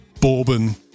bourbon